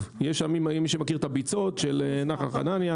מי שמכיר יש שם את הביצות של נחל חנניה,